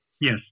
Yes